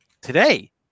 today